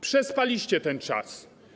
Przespaliście ten czas.